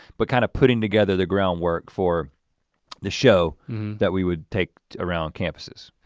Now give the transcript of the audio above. but kind of putting together the groundwork for the show that we would take around campuses.